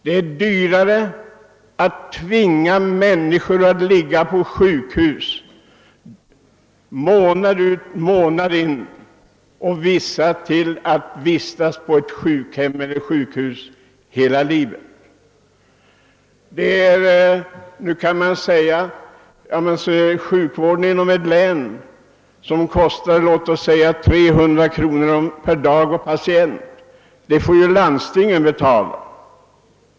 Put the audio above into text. Det är dyrare att tvinga människor att ligga på sjukhus månad efter månad — ja, en del tvingas ju att hela livet vistas på ett sjukhem eller ett sjukhus. Nu kan man säga att sjukvården inom länen, som kanske kostar 300 kr. per patient och dag, får ju landstingen betala.